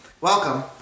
Welcome